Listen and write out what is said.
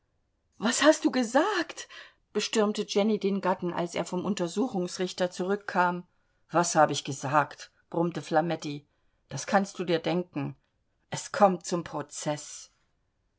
was hast du gesagt bestürmte jenny den gatten als er vom untersuchungsrichter zurückkam was hab ich gesagt brummte flametti das kannst du dir denken es kommt zum prozeß